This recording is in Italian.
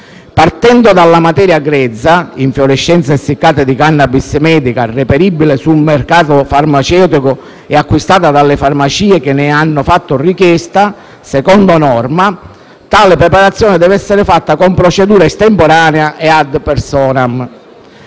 partendo dalla materia grezza (infiorescenze essiccate di *cannabis* medica) reperibile sul mercato farmaceutico e acquistata dalle farmacie che ne hanno fatto richiesta. Secondo norma, tale preparazione deve essere fatta con procedura estemporanea e *ad personam*